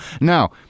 Now